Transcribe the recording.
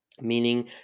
meaning